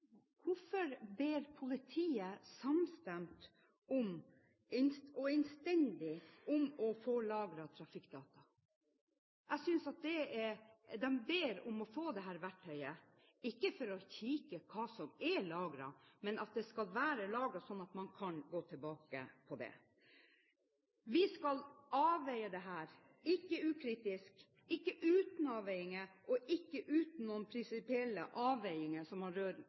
hvorfor ber politiet samstemt og innstendig om å få lagret trafikkdata? De ber om å få dette verktøyet, ikke for å kikke på hva som er lagret, men for at man skal kunne gå tilbake til det som er lagret. Vi skal avveie dette, ikke ukritisk og ikke uten noen prinsipielle avveiinger,